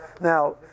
Now